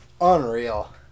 unreal